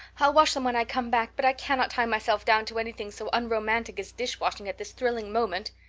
i'll wash them when i come back, but i cannot tie myself down to anything so unromantic as dishwashing at this thrilling moment.